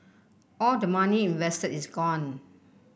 all the money invested is gone